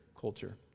culture